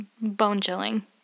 Bone-chilling